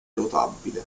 rotabile